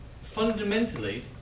fundamentally